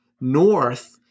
north